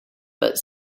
but